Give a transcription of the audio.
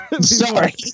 Sorry